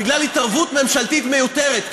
בגלל התערבות ממשלתית מיותרת.